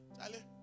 Charlie